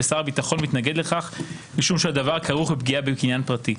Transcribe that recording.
ושר הביטחון מתנגד לכך משום שהדבר כרוך בפגיעה בקניין פרטי.